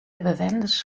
bewenners